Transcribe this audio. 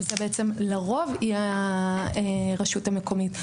שזה לרוב תהיה הרשות המקומית.